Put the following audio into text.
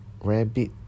rabbit